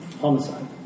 Homicide